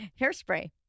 hairspray